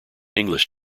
english